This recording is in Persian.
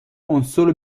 عنصر